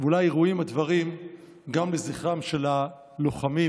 ואולי ראויים הדברים גם לזכרם של הלוחמים